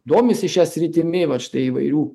domisi šia sritimi vat štai įvairių